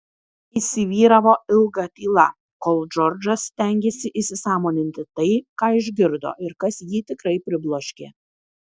įsivyravo ilga tyla kol džordžas stengėsi įsisąmoninti tai ką išgirdo ir kas jį tikrai pribloškė